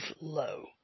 low